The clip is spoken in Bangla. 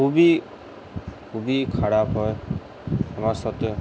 খুবই খুবই খারাপ হয় আমার সথে